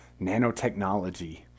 nanotechnology